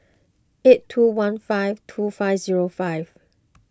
eight two one five two five zero five